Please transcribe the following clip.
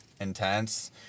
intense